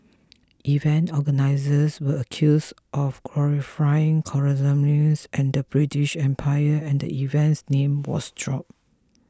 event organizers were accused of glorifying colonialism and the British Empire and the event's name was dropped